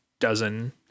dozen